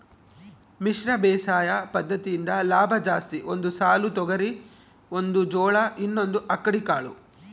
ಮಿಶ್ರ ಬೇಸಾಯ ಪದ್ದತಿಯಿಂದ ಲಾಭ ಜಾಸ್ತಿ ಒಂದು ಸಾಲು ತೊಗರಿ ಒಂದು ಜೋಳ ಇನ್ನೊಂದು ಅಕ್ಕಡಿ ಕಾಳು